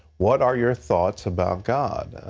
what are your thoughts about god?